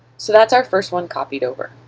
so that's our first one copied over.